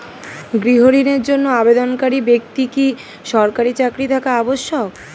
গৃহ ঋণের জন্য আবেদনকারী ব্যক্তি কি সরকারি চাকরি থাকা আবশ্যক?